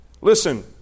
Listen